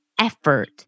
effort